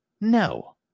No